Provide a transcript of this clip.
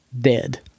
Dead